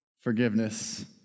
forgiveness